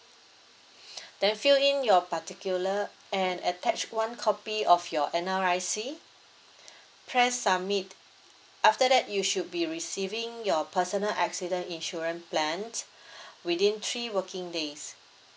then fill in your particular and attach one copy of your N_R_I_C press submit after that you should be receiving your personal accident insurance plan within three working days